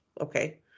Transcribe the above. okay